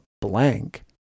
blank